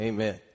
Amen